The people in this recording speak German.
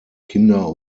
kinder